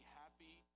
happy